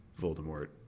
Voldemort